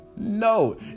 No